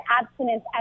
abstinence